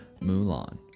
Mulan